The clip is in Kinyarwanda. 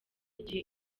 igihe